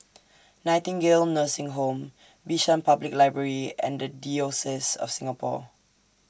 Nightingale Nursing Home Bishan Public Library and The Diocese of Singapore